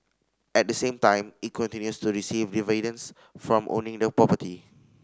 at the same time it continues to receive dividends from owning the property